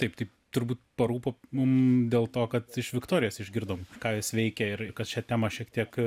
taip taip turbūt parūpo mum dėl to kad iš viktorijos išgirdom ką jos veikia ir kas šią temą šiek tiek